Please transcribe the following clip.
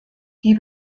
die